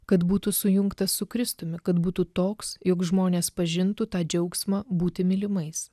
kad būtų sujungtas su kristumi kad būtų toks jog žmonės pažintų tą džiaugsmą būti mylimais